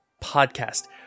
Podcast